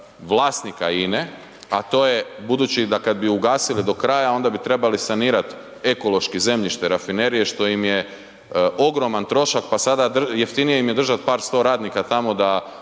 vlasnika INA-e a to je budući da kad bi ugasili do kraja, onda bi trebali sanirati ekološki zemljište rafinerije što im je ogroman trošak pa sada jeftinije im je držat par sto radnika tamo da